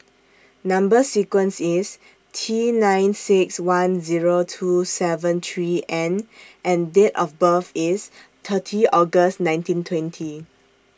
Number sequence IS T nine six one Zero two seven three N and Date of birth IS thirty August nineteen twenty